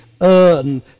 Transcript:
earn